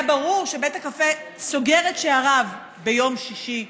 היה ברור שבית הקפה סוגר את שעריו ביום שישי,